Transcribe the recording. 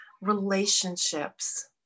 Relationships